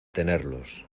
tenerlos